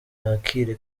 yakire